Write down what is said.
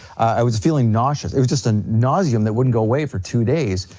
i was feeling nauseous, it was just a nauseum that wouldn't go away for two days.